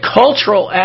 cultural